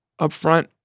upfront